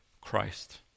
Christ